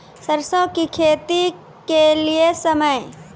सरसों की खेती के लिए समय?